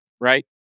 right